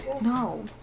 No